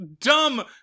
dumb